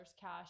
cash